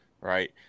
right